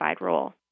role